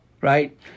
right